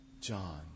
John